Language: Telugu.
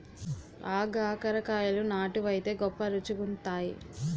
ఆగాకరకాయలు నాటు వైతే గొప్ప రుచిగుంతాయి